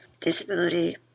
Disability